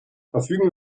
verfügen